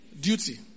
Duty